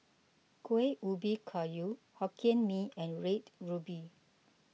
Kueh Ubi Kayu Hokkien Mee and Red Ruby